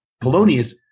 Polonius